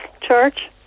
Church